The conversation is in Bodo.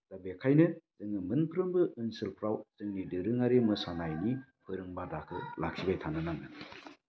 दा बेखायनो जोङो मोनफ्रोमबो ओनसोलफ्राव जोंनि दोरोङारि मोसानायनि फोरोंबादाखो लाखिबाय थानो नांगोन